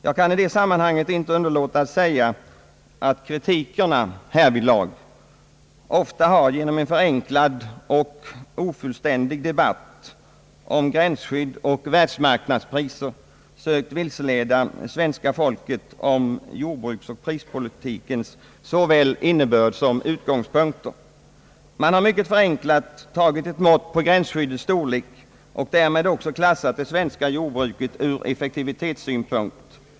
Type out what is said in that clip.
Jag kan i det sammanhanget inte underlåta att säga, att kritikerna härvidlag ofta har genom en förenklad och ofullständig debatt om gränsskydd och världsmarknadspriser sökt = vilseleda svenska folket om jordbruksoch prispolitikens såväl innebörd som utgångspunkter. Man har mycket förenklat tagit ett mått på gränsskyddets storlek och därmed också klassat det svenska jordbruket ur = effektivitetssynpunkt.